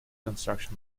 construction